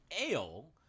Ale